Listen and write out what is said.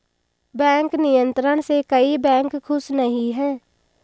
bank नियंत्रण से कई बैंक खुश नही हैं